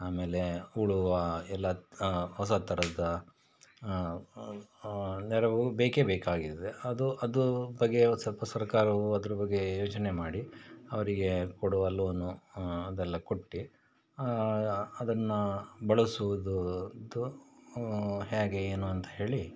ಆಮೇಲೆ ಹೂಳುವ ಎಲ್ಲ ಹೊಸ ತರಹದ ನೆರವು ಬೇಕೇಬೇಕಾಗಿದೆ ಅದು ಅದು ಬಗ್ಗೆ ಸ್ವಲ್ಪ ಸರ್ಕಾರವು ಅದ್ರ ಬಗ್ಗೆ ಯೋಚನೆ ಮಾಡಿ ಅವರಿಗೆ ಕೊಡುವ ಲೋನು ಅದೆಲ್ಲ ಕೊಟ್ಟು ಅದನ್ನು ಬಳಸುವುದು ಅದು ಹೇಗೆ ಏನು ಅಂತ ಹೇಳಿ